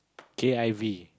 k_i_v